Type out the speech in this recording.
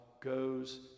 goes